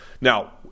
Now